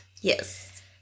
Yes